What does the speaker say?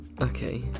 Okay